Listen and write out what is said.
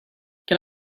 can